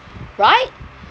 right